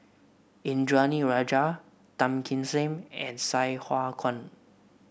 Indranee Rajah Tan Kim Seng and Sai Hua Kuan